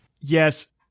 Yes